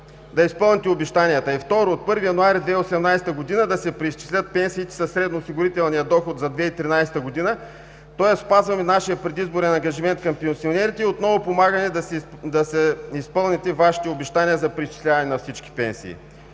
да изпълните обещанията, и второ, от 1 януари 2018 г., да се преизчислят пенсиите със средноосигурителния доход за 2013 г., тоест спазваме нашия предизборен ангажимент към пенсионерите и отново помагаме да си изпълните Вашите обещания за преизчисляване на всички пенсии.